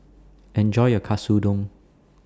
Enjoy your Katsudon